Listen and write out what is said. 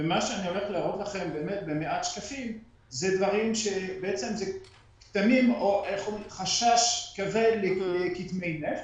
מה שאראה לכם במעט שקפים אלה כתמים או חשש כבד לכתמי נפט.